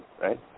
Right